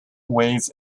ways